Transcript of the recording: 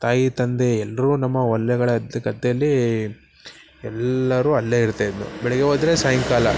ತಾಯಿ ತಂದೆ ಎಲ್ಲರೂ ನಮ್ಮ ಹೊಲಗಳ ಅದು ಗದ್ದೇಲಿ ಎಲ್ಲರು ಅಲ್ಲೇ ಇರ್ತಾ ಇದ್ದರು ಬೆಳಗ್ಗೆ ಹೋದ್ರೆ ಸಾಯಂಕಾಲ